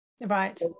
Right